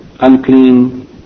unclean